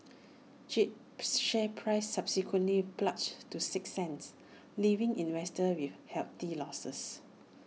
jade's share price subsequently plunged to six cents leaving investors with hefty losses